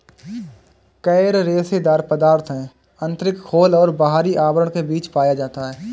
coir रेशेदार पदार्थ है आंतरिक खोल और बाहरी आवरण के बीच पाया जाता है